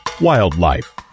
Wildlife